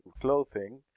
clothing